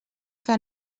que